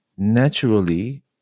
naturally